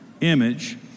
image